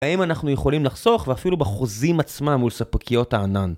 האם אנחנו יכולים לחסוך ואפילו בחוזים עצמם מול ספקיות הענן?